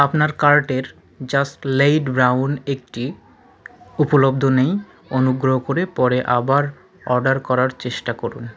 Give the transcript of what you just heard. আপনার কার্টের just laid brown এগটি উপলব্ধ নেই অনুগ্রহ করে পরে আবার অর্ডার করার চেষ্টা করুন